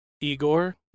Igor